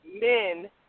men